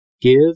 Give